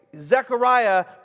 Zechariah